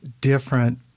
different